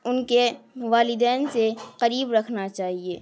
ان کے والدین سے قریب رکھنا چاہیے